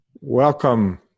Welcome